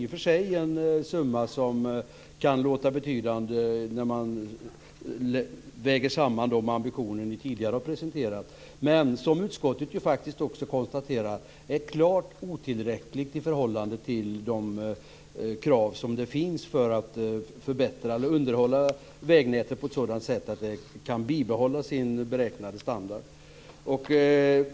Det är en summa som i och för sig kan låta betydande när man väger samman de ambitioner ni tidigare har presenterat men som - vilket utskottet också konstaterar - är klart otillräcklig i förhållande till de krav som finns för att underhålla vägnätet på ett sådant sätt att det kan behålla sin beräknade standard.